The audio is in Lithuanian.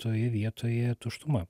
toje vietoje tuštuma